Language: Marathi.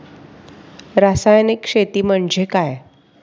रासायनिक शेती म्हणजे काय?